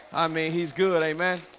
i mean, he's good. amen